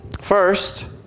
First